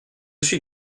suis